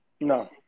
no